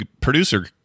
producer